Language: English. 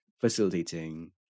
facilitating